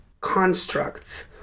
constructs